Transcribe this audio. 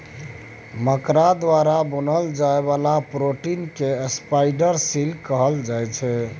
मकरा द्वारा बुनल जाइ बला प्रोटीन केँ स्पाइडर सिल्क कहल जाइ छै